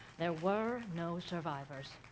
there were no survivors.